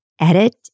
edit